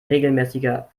regelmäßiger